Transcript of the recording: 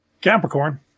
Capricorn